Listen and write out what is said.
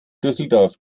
düsseldorf